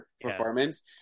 performance